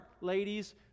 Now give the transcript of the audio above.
ladies